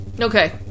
Okay